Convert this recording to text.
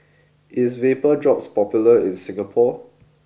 is VapoDrops popular in Singapore